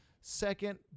second